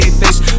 face